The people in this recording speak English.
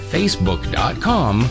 Facebook.com